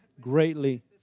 greatly